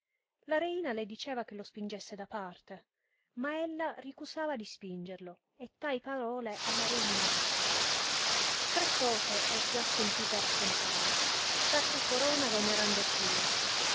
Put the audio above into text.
la reina le diceva che lo spingesse da parte ma ella ricusava di spingerlo e tai parole alla reina disse tre cose ho già sentite raccontare sacra corona veneranda e pia